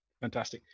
Fantastic